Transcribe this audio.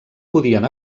podien